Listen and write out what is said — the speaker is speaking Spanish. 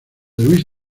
luis